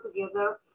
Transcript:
together